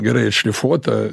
gerai šlifuota